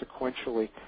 sequentially